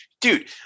dude